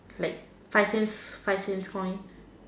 like five cents five cents coin